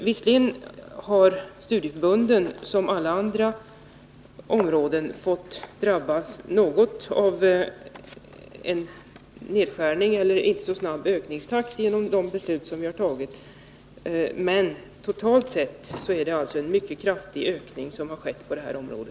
Visserligen har studieförbunden, liksom alla andra områden, drabbats av en viss begräns ning av anslaget, men totalt sett är det alltså en mycket kraftig ökning som skett på detta område.